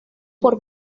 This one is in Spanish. por